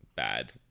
Bad